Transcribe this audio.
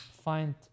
Find